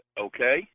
Okay